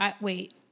Wait